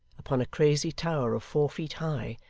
upon a crazy tower of four feet high,